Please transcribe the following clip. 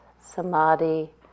samadhi